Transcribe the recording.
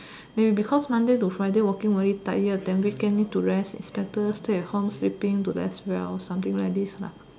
maybe because Monday to Friday working very tired then weekend need to rest is better stay at home sleeping to rest well something like this lah